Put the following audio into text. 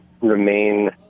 remain